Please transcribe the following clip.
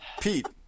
pete